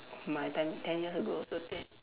my time ten years ago so te~